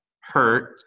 hurt